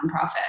nonprofit